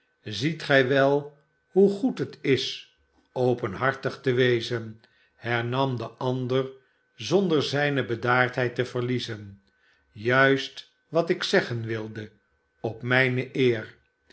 sziet gij wel hoe goed het is openhartig te wezen hernam de ander zonder zijne bedaardheid te verliezen juist wat ik zeggen wilde op mijne eer